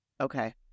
Okay